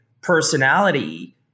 personality